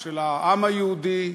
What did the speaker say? של העם היהודי,